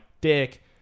dick